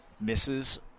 misses